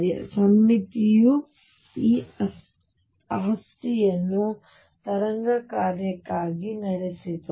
ಆದ್ದರಿಂದ ಸಮ್ಮಿತಿಯು ಈ ಆಸ್ತಿಯನ್ನು ತರಂಗ ಕಾರ್ಯವಾಗಿ ನಡೆಸಿತು